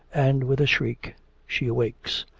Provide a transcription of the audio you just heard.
and with a shriek she awakes.